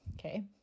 okay